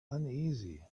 uneasy